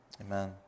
Amen